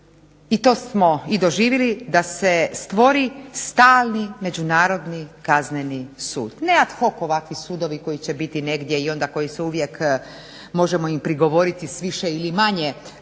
i to smo i doživili da se stvori stalni međunarodni kazneni sud. Ne ad hoc ovakvi sudovi koji će biti negdje i onda koji su uvijek možemo im prigovoriti s više ili manje